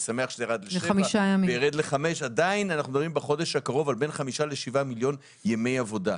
עדיין אנחנו מדברים בחודש הקרוב על חמישה מיליון ימי עבודה.